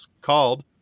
called